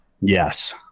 Yes